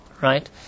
right